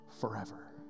forever